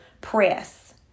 Press